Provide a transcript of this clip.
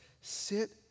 Sit